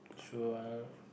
sure